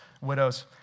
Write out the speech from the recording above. Widows